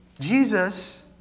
Jesus